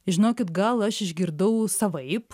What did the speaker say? žinokit gal aš išgirdau savaip